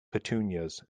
petunias